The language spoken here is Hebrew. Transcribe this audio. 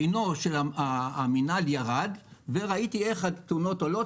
חנו של המנהל ירד וראיתי איך התאונות עולות